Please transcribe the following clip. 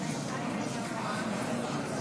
אתה נכנעת לחיזבאללה בהסכם גז.